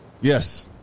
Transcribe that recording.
Yes